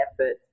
effort